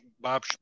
Bob